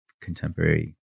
contemporary